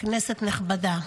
כנסת נכבדה,